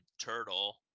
turtle